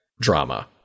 drama